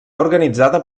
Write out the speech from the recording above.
organitzada